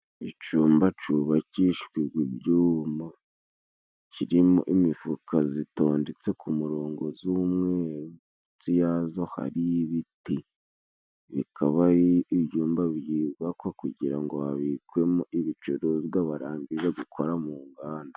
Icumba cubakishijwe ibyuma kirimo imifuka zitondetse ku murongo z'umweru, mu nsi yazo hari ibiti, bikaba ari ibyumba byubakwa kugira ngo habikwemo ibicuruzwa birangije gukora mu nganda.